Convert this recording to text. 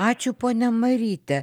ačiū ponia maryte